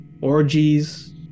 orgies